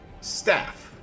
staff